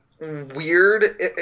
weird